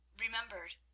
remembered